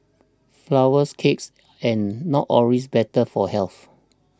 flowers cakes and not always better for health